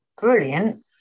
brilliant